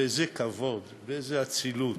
באיזה כבוד, באיזו אצילות,